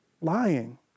lying